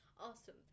awesome